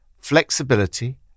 flexibility